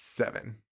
Seven